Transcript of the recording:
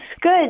good